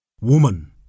Woman